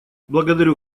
благодарю